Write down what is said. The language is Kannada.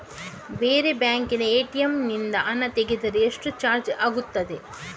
ಬೇರೆ ಬ್ಯಾಂಕಿನ ಎ.ಟಿ.ಎಂ ನಿಂದ ಹಣ ತೆಗೆದರೆ ಎಷ್ಟು ಚಾರ್ಜ್ ಆಗುತ್ತದೆ?